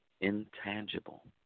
intangible